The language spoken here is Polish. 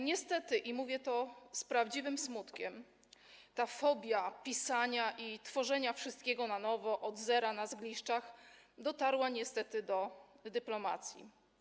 Niestety, i mówię to z prawdziwym smutkiem, ta fobia pisania i tworzenia wszystkiego na nowo, od zera, na zgliszczach, dotarła niestety do dyplomacji.